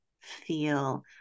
feel